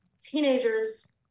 teenagers